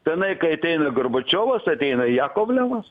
tenai kai ateina gorbačiovas ateina jakovlevas